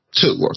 two